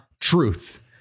truth